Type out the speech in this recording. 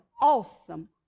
awesome